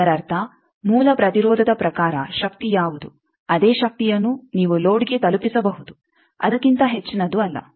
ಇದರರ್ಥ ಮೂಲ ಪ್ರತಿರೋಧದ ಪ್ರಕಾರ ಶಕ್ತಿ ಯಾವುದು ಅದೇ ಶಕ್ತಿಯನ್ನು ನೀವು ಲೋಡ್ಗೆ ತಲುಪಿಸಬಹುದು ಅದಕ್ಕಿಂತ ಹೆಚ್ಚಿನದು ಅಲ್ಲ